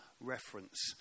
reference